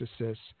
assists